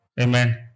Amen